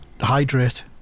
hydrate